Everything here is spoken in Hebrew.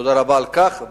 ותודה רבה על כך.